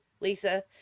Lisa